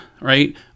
right